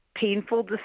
painful